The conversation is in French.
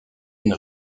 une